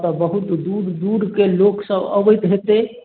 ओतऽ बहुत दूर दूरके लोकसभ अबैत हेतै